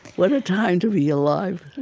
what a time to be alive.